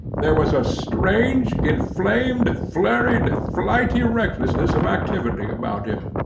there was a strange, inflamed, flurried, flighty recklessness of activity about him.